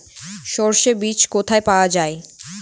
সর্ষে বিজ কোথায় পাওয়া যাবে?